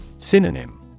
Synonym